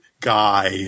guy